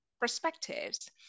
perspectives